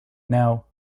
now